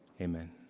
amen